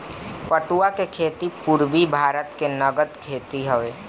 पटुआ के खेती पूरबी भारत के नगद खेती हवे